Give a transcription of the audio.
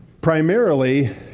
primarily